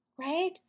right